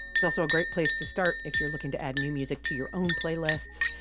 it's also a great place to start if you're looking to add new music to your own playlists.